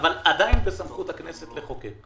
עדיין בסמכות הכנסת לחוקק.